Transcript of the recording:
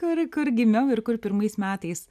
kur kur gimiau ir kur pirmais metais